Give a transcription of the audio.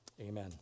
Amen